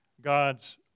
God's